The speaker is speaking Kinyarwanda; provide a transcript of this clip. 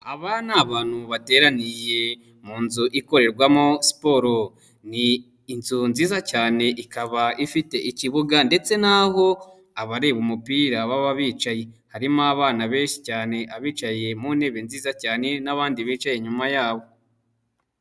Aba ni abantu bateraniye mu nzu ikorerwamo siporo, ni inzu nziza cyane ikaba ifite ikibuga ndetse n'aho abareba umupira baba bicaye, harimo abana benshi cyane, abicaye mu ntebe nziza cyane n'abandi bicaye inyuma yabo.